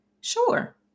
sure